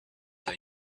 what